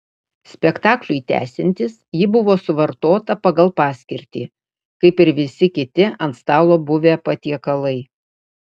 spektakliui tęsiantis ji buvo suvartota pagal paskirtį kaip ir visi kiti ant stalo buvę patiekalai